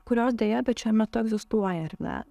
kurios deja bet šiuo metu egzistuoja ar ne